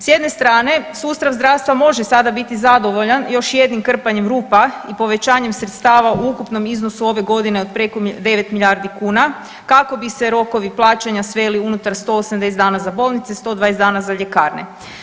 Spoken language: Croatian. S jedne strane sustav zdravstva može sada biti zadovoljan još jednim krpanjem rupa i povećanjem sredstava u ukupnom iznosu ove godine od preko 9 milijardi kuna kako bi se rokovi plaćanja sveli unutar 180 za bolnice, 120 dana za ljekarne.